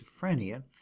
schizophrenia